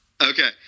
Okay